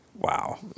Wow